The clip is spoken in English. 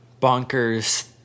bonkers